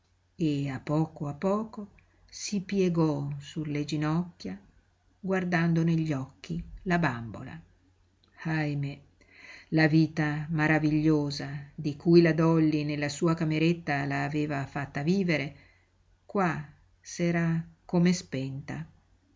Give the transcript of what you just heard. e a poco a poco si piegò su le ginocchia guardando negli occhi la bambola ahimè la vita maravigliosa di cui la dolly nella sua cameretta la aveva fatta vivere qua s'era come spenta